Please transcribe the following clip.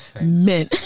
Men